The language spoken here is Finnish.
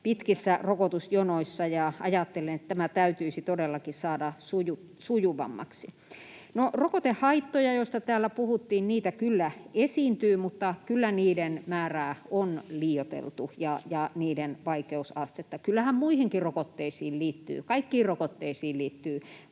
pitkissä rokotusjonoissa, ja ajattelin, että tämä täytyisi todellakin saada sujuvammaksi. No, rokotehaittoja, joista täällä puhuttiin, kyllä esiintyy, mutta kyllä niiden määrää ja niiden vaikeusastetta on liioiteltu. Kyllähän muihinkin rokotteisiin liittyy, kaikkiin rokotteisiin liittyy,